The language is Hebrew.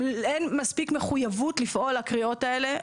אין מספיק מחויבות לפעול לקריאות האלה,